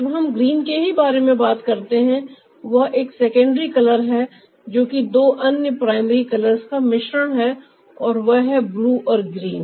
जब हम ग्रीन के ही बारे में बात करते हैं वह एक सेकेंडरी कलर है जो कि दो अन्य प्राइमरी कलर्स का मिश्रण है और वह है ब्लू और ग्रीन